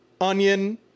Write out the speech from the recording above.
Onion